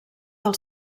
del